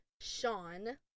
sean